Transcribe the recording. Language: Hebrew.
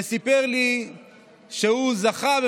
וסיפר לי שהוא "זכה",